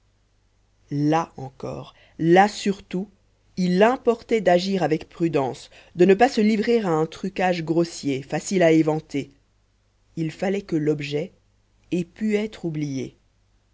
là encore là surtout il importait d'agir avec prudence de ne pas se livrer à un truquage grossier facile à éventer il fallait que l'objet ait pu être oublié